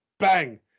Bang